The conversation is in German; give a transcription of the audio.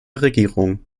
regierung